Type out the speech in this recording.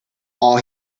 all